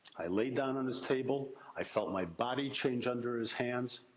i laid down on his table. i felt my body change under his hands.